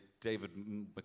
David